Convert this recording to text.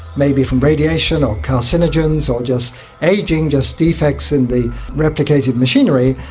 maybe from radiation or carcinogens or just ageing, just defects in the replicated machinery,